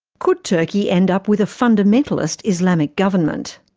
could turkey end up with a fundamentalist islamic government?